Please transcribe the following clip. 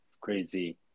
crazy